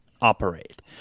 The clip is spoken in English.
operate